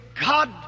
God